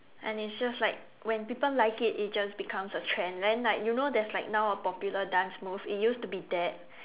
and it's just like when people like it it just becomes a trend then like you know there's like now a popular dance move it used to be dab